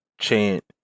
chant